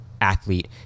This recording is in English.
athlete